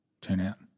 turnout